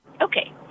Okay